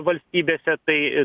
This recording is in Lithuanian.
valstybėse tai